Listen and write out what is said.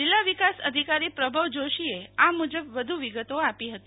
જિલ્લા વિકાસ અધિકારી પ્રભવ જોશી આ મુજબ વધુ વિગત આપી હતી